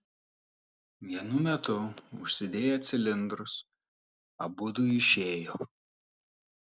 vienu metu užsidėję cilindrus abudu išėjo